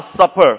Supper